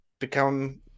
become